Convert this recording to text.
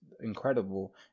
incredible